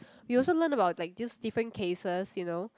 we also learn about like just different cases you know